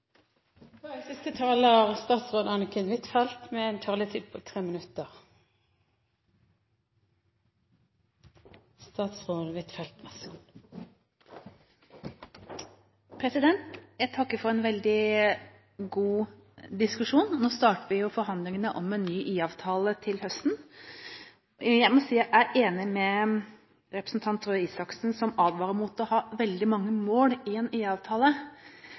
Jeg takker for en veldig god diskusjon. Nå starter vi jo forhandlingene om en ny IA-avtale til høsten. Jeg må si jeg er enig med representanten Røe Isaksen som advarer mot å ha veldig mange mål i en